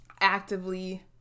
actively